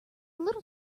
little